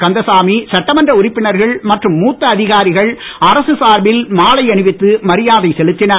கந்தசாமி சட்டமன்ற உறுப்பினர்கள் மற்றும் மூத்த அதிகாரிகள் அரசு சார்பில் மாலை அணிவித்து மரியாதை செலுத்தினர்